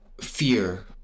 fear